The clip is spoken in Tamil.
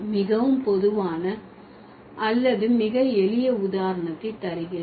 மிகவும் பொதுவான அல்லது மிக எளிய உதாரணத்தை தருகிறேன்